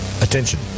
Attention